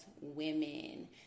women